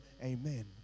Amen